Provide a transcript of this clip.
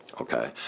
Okay